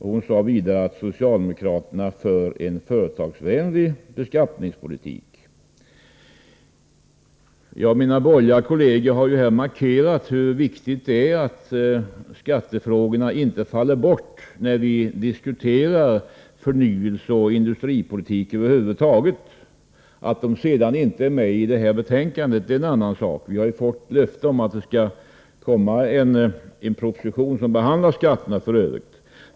Hon sade vidare att socialdemokraterna för en företagsvänlig beskattningspolitik. Jag och mina borgerliga kolleger har markerat hur viktigt det är att skattefrågorna inte faller bort när vi diskuterar förnyelse och industripolitik över huvud taget. Att dessa frågor inte är medi detta betänkande är en annan sak. Vi har ju fått löfte om att det skall komma en proposition som behandlar skatterna i övrigt.